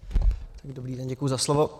Děkuji za slovo.